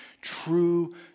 true